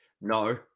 No